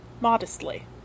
Modestly